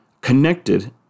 connected